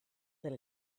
del